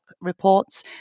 reports